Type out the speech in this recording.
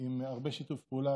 עם הרבה שיתוף פעולה.